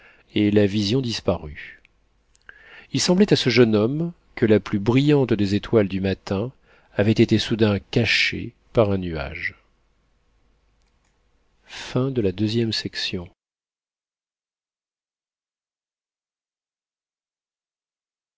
et la vision disparut il semblait à ce jeune homme que la plus brillante des étoiles du matin avait été soudain cachée par un nuage